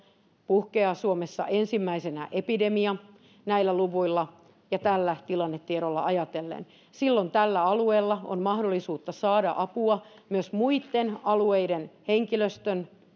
puhkeaa suomessa ensimmäisenä epidemia näillä luvuilla ja tällä tilannetiedolla ajatellen silloin tällä alueella on mahdollisuus saada apua myös muitten alueiden henkilöstön